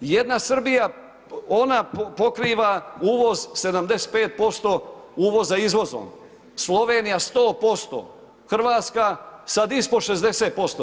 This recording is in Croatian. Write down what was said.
Jedna Srbija ona pokriva uvoz 75% uvoza izvozom, Slovenija 100%, Hrvatska sad ispod 60%